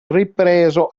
ripreso